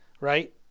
right